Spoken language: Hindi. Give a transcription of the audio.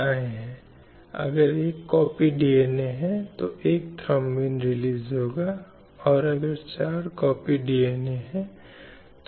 विवाह के संबंध में विवाह की न्यूनतम आयु का एक प्रकार होना चाहिए जो व्यक्तिगत राष्ट्रों द्वारा निर्धारित किया जाना चाहिए